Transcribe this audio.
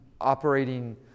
operating